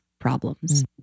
problems